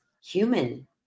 human